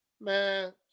Man